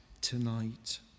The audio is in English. tonight